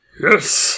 Yes